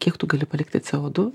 kiek tu gali palikti co du